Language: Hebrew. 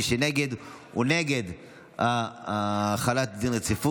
מי שנגד הוא נגד החלת דין רציפות.